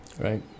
Right